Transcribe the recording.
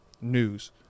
news